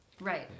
Right